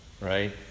right